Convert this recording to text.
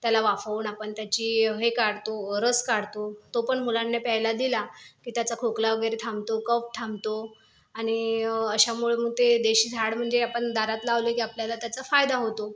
त्याला वाफवून आपण त्याची हे काढतो रस काढतो तो पण मुलांना प्यायला दिला की त्याचा खोकला वगैरे थांबतो कफ थांबतो आणि अशामुळं मग ते देशी झाड म्हणजे आपण दारात लावलं की आपल्याला त्याचा फायदा होतो